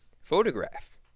Photograph